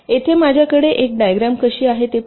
येथे माझ्याकडे एक डायग्रॅम कशी आहे ते पाहू